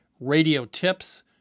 radiotips